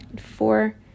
Four